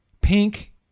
pink